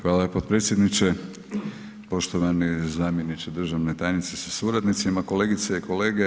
Hvala potpredsjedniče, poštovani zamjeniče državne tajnice sa suradnicima, kolegice i kolege.